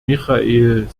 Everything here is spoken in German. michail